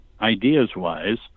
ideas-wise